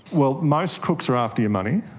well, most crooks are after your money,